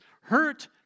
Hurt